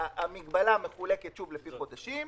המגבלה מחולקת לפי חודשים,